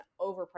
overpriced